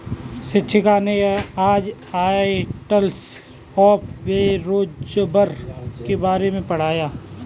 शिक्षिका ने आज टाइप्स ऑफ़ बोरोवर के बारे में पढ़ाया है